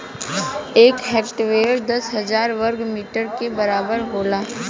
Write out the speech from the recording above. एक हेक्टेयर दस हजार वर्ग मीटर के बराबर होला